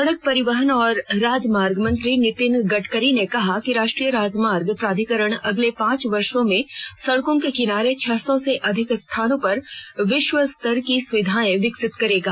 सडक परिवहन और राजमार्ग मंत्री नीतिन गडकरी ने कहा कि राष्ट्रीय राजमार्ग प्राधिकरण अगले पांच वर्षो में सडकों के किनारे छह सौ से अधिक स्थानों पर विश्व स्तर की सुविधाएं विकसित करेगा